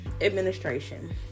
administration